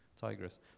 Tigris